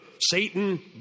Satan